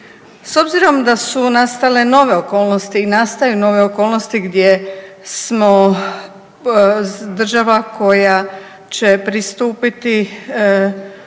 S obzirom da su nastale nove okolnosti i nastaju nove okolnosti gdje smo država koja će pristupiti